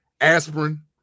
aspirin